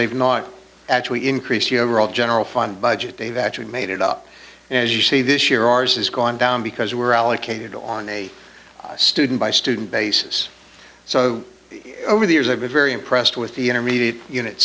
they've not actually increased the overall general fund budget they've actually made it up as you see this year ours has gone down because we're allocated on a student by student basis so over the years i've been very impressed with the intermediate unit